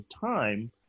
time